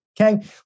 Okay